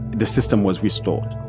the system was restored